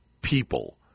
people